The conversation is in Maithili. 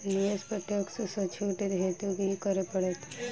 निवेश पर टैक्स सँ छुट हेतु की करै पड़त?